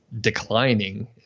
declining